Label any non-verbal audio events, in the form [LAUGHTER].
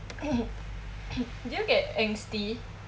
[COUGHS] did you get angsty